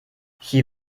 hier